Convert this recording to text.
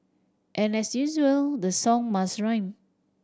and as usual the song must rhyme